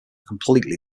completely